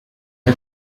der